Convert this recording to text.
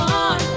on